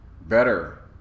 better